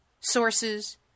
sources